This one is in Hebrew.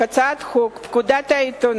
הצעת חוק לתיקון פקודת העיתונות,